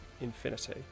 infinity